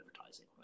advertising